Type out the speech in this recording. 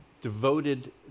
devoted